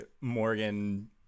Morgan